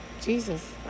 Jesus